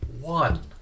one